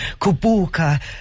Kubuka